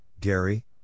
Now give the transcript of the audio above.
Gary